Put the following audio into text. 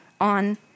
on